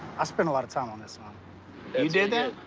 i spent a lot of time on this one. you did that?